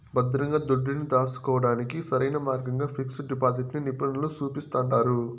భద్రంగా దుడ్డుని రాసుకోడానికి సరైన మార్గంగా పిక్సు డిపాజిటిని నిపునులు సూపిస్తండారు